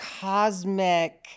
cosmic